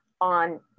on